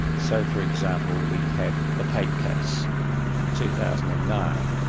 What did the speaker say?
so, for example, we had the pape case in two thousand and nine,